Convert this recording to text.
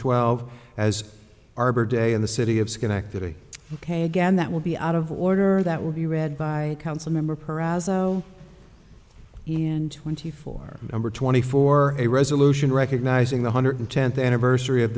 twelve as arbor day in the city of schenectady ok again that will be out of order that will be read by council member per as though he and twenty four number twenty four a resolution recognizing the hundred tenth anniversary of